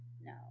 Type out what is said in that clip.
No